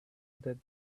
that